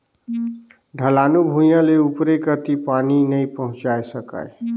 ढलानू भुइयां ले उपरे कति पानी नइ पहुचाये सकाय